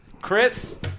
Chris